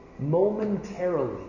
Momentarily